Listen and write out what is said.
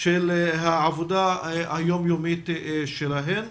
של העבודה היום יומית שלהן.